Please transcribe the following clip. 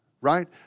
right